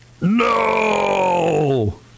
No